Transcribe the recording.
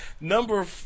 Number